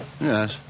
Yes